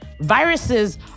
Viruses